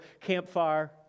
campfire